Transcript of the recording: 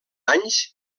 anys